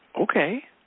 okay